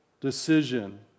decision